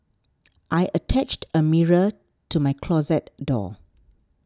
I attached a mirror to my closet door